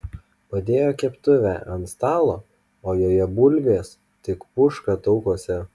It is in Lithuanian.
padėjo keptuvę ant stalo o joje bulvės tik puška taukuose